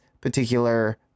particular